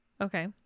Okay